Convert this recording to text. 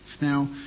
Now